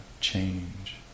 change